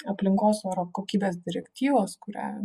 aplinkos oro kokybės direktyvos kurią